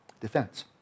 defense